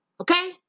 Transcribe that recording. Okay